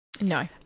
No